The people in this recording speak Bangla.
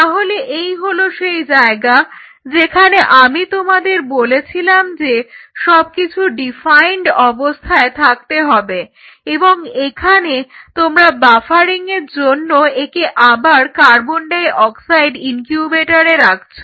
তাহলে এই হলো সেই জায়গা যেখানে আমি তোমাদের বলেছিলাম যে সবকিছু ডিফাইন্ড অবস্থায় থাকতে হবে এবং এখানে তোমরা বাফারিংয়ের জন্য একে আবার কার্বন ডাই অক্সাইড ইনকিউবেটরে রাখছো